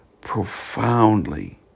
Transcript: profoundly